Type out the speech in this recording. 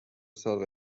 سال